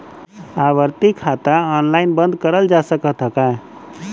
आवर्ती खाता ऑनलाइन बन्द करल जा सकत ह का?